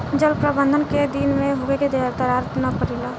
जल प्रबंधन केय दिन में होखे कि दरार न परेला?